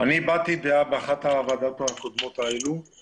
אני הבעתי דעה באחת הוועדות הקודמות ואמרתי